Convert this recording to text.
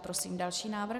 Prosím další návrh.